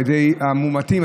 על ידי המאומתים,